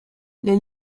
les